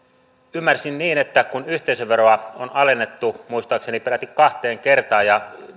ymmärsin niin että kun yhteisöveroa on alennettu muistaakseni peräti kahteen kertaan ja